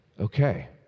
okay